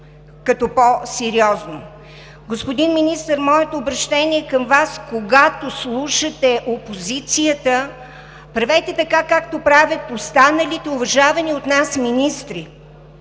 имаше от ДПС. Господин Министър, моето обръщение към Вас е: когато слушате опозицията, правете така, както правят останалите уважавани от нас министри